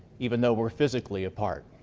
even though we're physically apart.